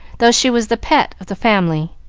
though she was the pet of the family.